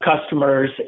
customers